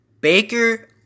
Baker